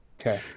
Okay